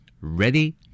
Ready